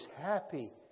happy